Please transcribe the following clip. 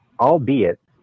albeit